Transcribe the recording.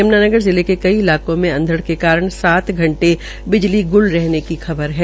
यम्नानगर जिले के कई इलाकों में अंधड़ के कारण सात घंटे बिजली ग्ल रहने की खबर है